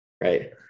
right